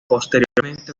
posteriormente